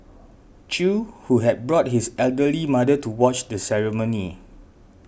Chew who had brought his elderly mother to watch the ceremony